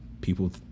people